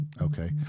Okay